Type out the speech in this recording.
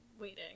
waiting